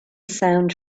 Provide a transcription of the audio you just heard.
sound